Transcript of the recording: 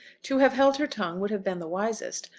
to have held her tongue would have been the wisest,